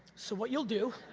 so what you'll do